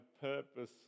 purpose